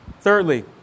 Thirdly